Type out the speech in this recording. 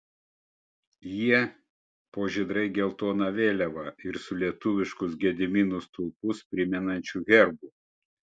jie po žydrai geltona vėliava ir su lietuviškus gedimino stulpus primenančiu herbu